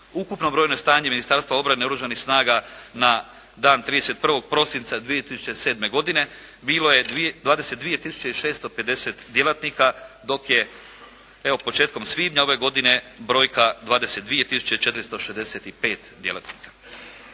Ukupno brojno stanje Ministarstva obrane Oružanih snaga na dan 31. prosinca 2007. godine bilo je 22 tisuće i 650 djelatnika dok je evo početkom svibnja ove godine brojka 22 tisuće 465 djelatnika.